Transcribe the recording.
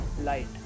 light